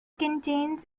contains